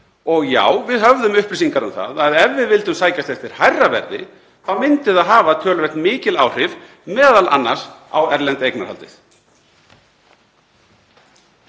Og já, við höfðum upplýsingar um að ef við vildum sækjast eftir hærra verði þá myndi það hafa töluvert mikil áhrif, m.a. á erlenda eignarhaldið.